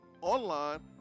online